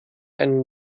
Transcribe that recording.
einen